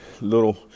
little